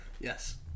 Yes